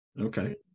Okay